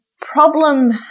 problem